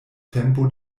tempo